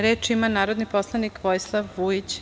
Reč ima narodni poslanik, Vojislav Vujić.